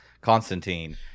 Constantine